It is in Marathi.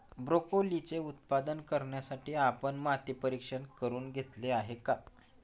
ब्रोकोलीचे उत्पादन करण्यासाठी आपण माती परीक्षण करुन घेतले आहे का?